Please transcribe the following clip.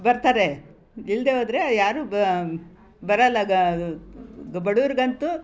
ಬರ್ತಾರೆ ಇಲ್ಲದೇ ಹೋದ್ರೆ ಯಾರೂ ಬರೋಲ್ಲ ಗ ಬಡವ್ರಿಗಂತೂ